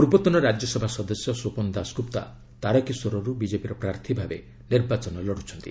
ପୂର୍ବତନ ରାଜ୍ୟସଭା ସଦସ୍ୟ ସୋପନ ଦାଶଗୁପ୍ତା ତାରକେଶ୍ୱରରୁ ବିଜେପିର ପ୍ରାର୍ଥୀ ଭାବେ ନିର୍ବାଚନ ଲଢୁଛନ୍ତି